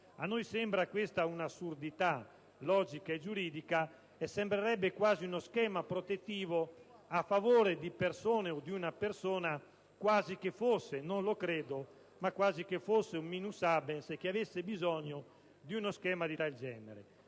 A noi sembra questa un'assurdità logica e giuridica e sembrerebbe quasi uno schema protettivo a favore di persone, o di una persona, quasi che fosse - non lo credo - un *minus habens* che abbia bisogno di uno schema di tal genere.